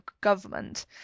government